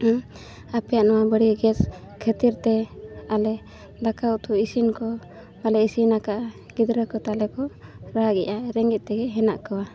ᱦᱮᱸ ᱟᱯᱮᱭᱟᱜ ᱱᱚᱣᱟ ᱵᱟᱹᱲᱤᱡ ᱜᱮᱥ ᱠᱷᱟᱹᱛᱤᱨ ᱛᱮ ᱟᱞᱮ ᱫᱟᱠᱟᱼᱩᱛᱩ ᱤᱥᱤᱱ ᱠᱚ ᱟᱞᱮ ᱤᱥᱤᱱᱟ ᱟᱠᱟᱫᱼᱟ ᱜᱤᱫᱽᱨᱟᱹ ᱠᱚ ᱛᱟᱞᱮ ᱠᱚ ᱨᱟᱜᱮᱫᱼᱟ ᱨᱮᱸᱜᱮᱡ ᱛᱮᱜᱮ ᱦᱮᱱᱟᱜ ᱠᱚᱣᱟ